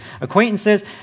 acquaintances